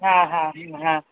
हा हा हा